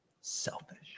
Selfish